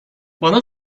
bana